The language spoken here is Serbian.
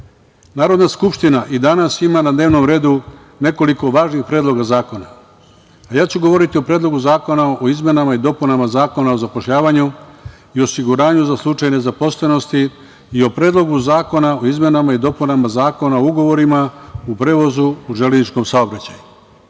Narodna skupština i danas ima na dnevnom redu nekoliko važnih Predloga zakona, a ja ću govoriti o Predlogu zakona o izmenama i dopunama Zakona o zapošljavanju i osiguranju za slučaj nezaposlenosti i o Predlogu zakona o izmenama i dopunama Zakona o ugovorima u prevozu u železničkom saobraćaju. Pravo